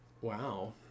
Wow